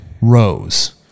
Rows